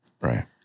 Right